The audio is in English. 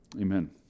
Amen